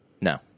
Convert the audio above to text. No